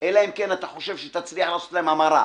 אלא אם כן אתה חושב שתצליח לעשות להם המרה